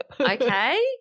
Okay